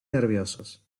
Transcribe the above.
nerviosos